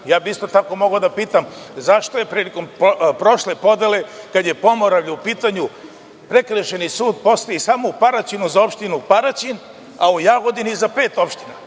zakon. Isto tako bih mogao da pitam – zašto je prilikom prošle podele kada je Pomoravlje u pitanju prekršajni sud postojao samo u Paraćinu za opštinu Paraćin, a u Jagodini za pet opština?